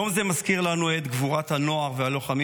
יום זה מזכיר לנו את גבורת הנוער והלוחמים